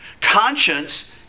Conscience